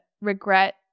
regret